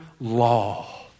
law